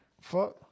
Fuck